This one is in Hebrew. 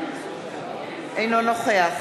אינו נוכח